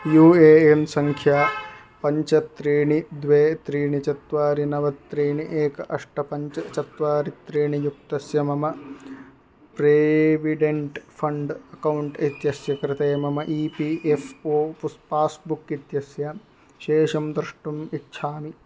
you A N सङ्ख्या पञ्च त्रीणि द्वे त्रीणि चत्वारि नव त्रीणि एक अष्ट पञ्च चत्वारि त्रीणि युक्तस्य मम प्रेविडेण्ट् फ़ण्ड् अकौण्ट् इत्यस्य कृते मम ई पी एफ़् ओ पुस् पास्बुक् इत्यस्य शेषं द्रष्टुम् इच्छामि